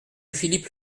philippe